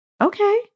Okay